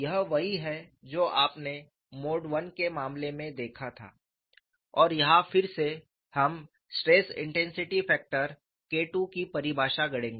यह वही है जो आपने मोड I के मामले में देखा था और यहाँ फिर से हम स्ट्रेस इंटेंसिटी फैक्टर KII की परिभाषा गढ़ेंगे